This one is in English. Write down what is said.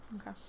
Okay